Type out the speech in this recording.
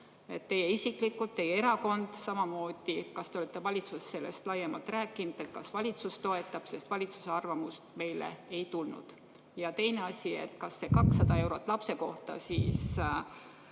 teie isiklikult, teie erakond samamoodi? Kas te olete valitsuses sellest laiemalt rääkinud, kas valitsus toetab? Sest valitsuse arvamust meile ei tulnud. Ja teine asi, kas see 200 eurot lapse kohta